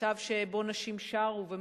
מטקס שבו נשים שרו.